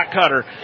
Cutter